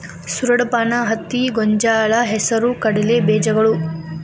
ಸೂರಡಪಾನ, ಹತ್ತಿ, ಗೊಂಜಾಳ, ಹೆಸರು ಕಡಲೆ ಬೇಜಗಳು